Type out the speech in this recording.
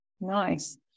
Nice